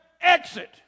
Exit